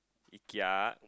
Ikea